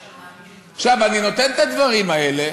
עכשיו, אני נותן את הדברים האלה